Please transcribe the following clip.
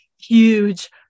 huge